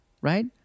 Right